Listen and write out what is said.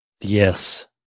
Yes